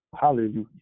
Hallelujah